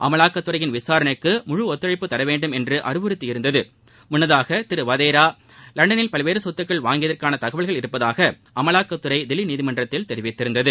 அமலாக்கத்துறையின் விசாரணைக்கு முழு ஒத்துழைப்பு தரவேண்டும் என்று அறிவுறுத்தி இருந்தது முன்னதாக திரு வதேரா லண்டனில் பல்வேறு சொத்துக்கள் வாங்கியதற்கான தகவல்கள் இருப்பதாக அமலாக்கத்துறை தில்லி நீதிமன்றத்தில் தெரிவித்திருந்தது